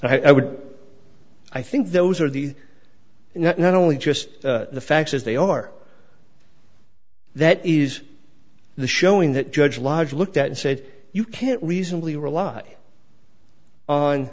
and i would i think those are the not only just the facts as they are that is the showing that judge lodge looked at and said you can't reasonably rely on